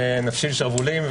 ונפשיל שרוולים.